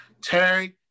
Terry